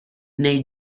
nei